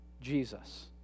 Jesus